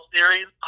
Series